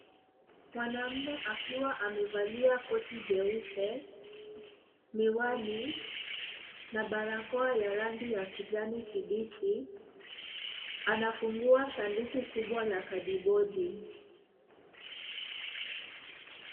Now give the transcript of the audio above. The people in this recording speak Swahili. Mwanaume akiwa amevalia koti jeupe miwani na barakoa ya rangi ya kijani kibichi anafungua sanduku kubwa la kadibodi.